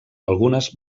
algunes